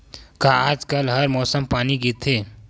का आज कल हर मौसम पानी गिरथे?